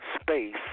space